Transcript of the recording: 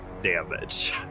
damage